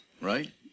right